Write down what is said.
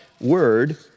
word